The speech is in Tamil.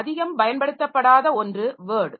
அதிகம் பயன்படுத்தப்படாத ஒன்று வேர்ட்